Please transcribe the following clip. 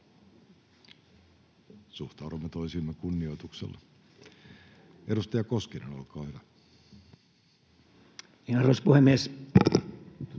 Suhtaudumme toisiimme kunnioituksella. — Edustaja Koskinen, olkaa hyvä. Arvoisa puhemies!